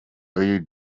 uyu